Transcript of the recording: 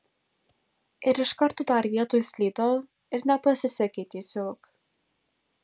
ir iš karto dar vietoj slydau ir nepasisekė tiesiog